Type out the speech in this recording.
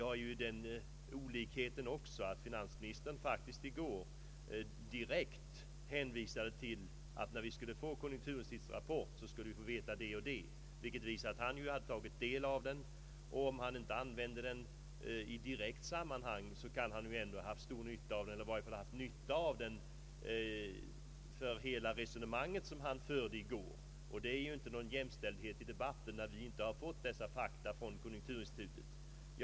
Härtill kommer att finansministern i går gav oss det beskedet att när vi fick tillfälle att läsa konjunkturinstitutets rapport så skulle vi få kännedom om vissa fakta, vilket visar att han har tagit del av rapporten. Även om finansministern inte använde rapporten direkt, kan han ändå ha haft nytta av den, i varje fall för hela det resonemang som han förde i går. Någon jämställdhet i debatten kan man ju inte tala om när vi inte har fått fakta som finansministern kunde åberopa ur konjunkturinstitutets rapport.